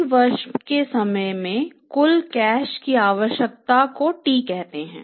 एक वर्ष के समय में कुल कैश की आवश्यकता को T कहते हैं